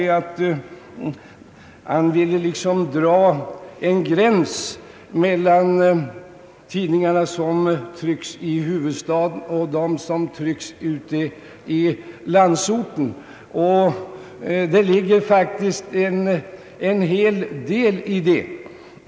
Herr Hernelius ville dra en gräns mellan de tidningar som trycks i huvudstaden och de som trycks i landsorten, och det ligger faktiskt en hel del i det.